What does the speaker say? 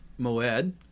Moed